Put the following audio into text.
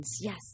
Yes